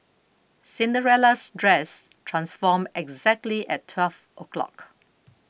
Cinderella's dress transformed exactly at twelve o'clock